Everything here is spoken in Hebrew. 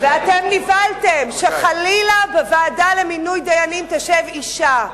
אתם נבהלתם, שחלילה בוועדה למינוי דיינים תשב אשה.